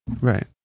Right